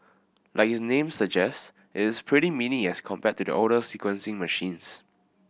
like its name suggests it is pretty mini as compared to the older sequencing machines